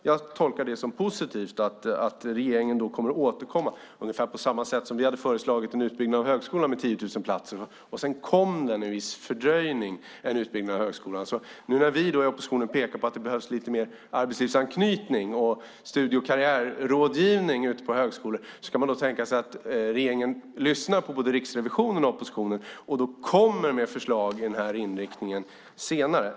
Jag tolkar det som positivt att regeringen kommer att återkomma. Det var ungefär på samma sätt när vi hade föreslagit en utbyggnad av högskolan med 10 000 platser och det sedan med en viss fördröjning kom en utbyggnad av högskolan. När vi i oppositionen nu pekar på att det behövs lite mer arbetslivsanknytning och studie och karriärrådgivning på högskolorna kan man tänka sig att regeringen lyssnar på både Riksrevisionen och oppositionen och kommer med förslag med denna inriktning senare.